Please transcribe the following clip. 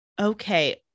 Okay